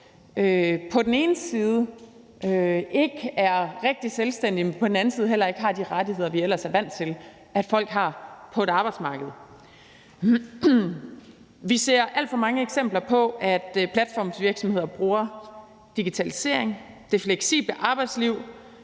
på den ene side ikke er rigtig selvstændige, men på den anden side heller ikke har de rettigheder, vi ellers er vant til at folk har på arbejdsmarkedet. Vi ser alt for mange eksempler på, at platformsvirksomheder bruger digitaliseringen og det fleksible arbejdsliv